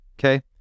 okay